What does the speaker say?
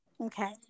okay